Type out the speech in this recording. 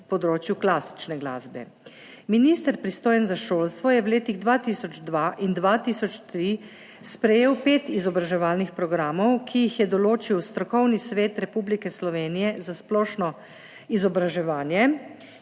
na področju klasične glasbe. Minister, pristojen za šolstvo, je v letih 2002 in 2003 sprejel pet izobraževalnih programov, ki jih je določil Strokovni svet Republike Slovenije za splošno izobraževanje,